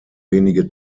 wenige